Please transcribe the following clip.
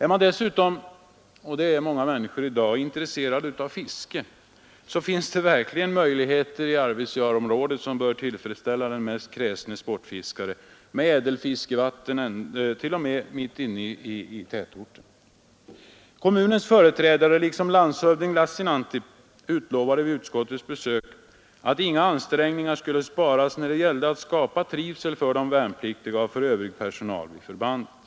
Är man dessutom intresserad av fiske — och det är många människor i dag — finns det verkligen i området möjligheter som bör tillfredsställa den mest kräsne sportfiskare, med ädelfiskevatten t.o.m. inne i själva tätorten. Kommunens företrädare liksom landshövding Lassinantti utlovade vid utskottets besök att inga ansträngningar skulle sparas när det gällde att skapa trivsel för de värnpliktiga och för övrig personal vid förbandet.